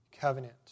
covenant